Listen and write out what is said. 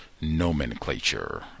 nomenclature